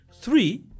Three